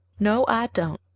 no, i don't,